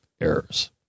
errors